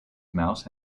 mouse